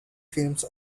films